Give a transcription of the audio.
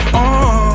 on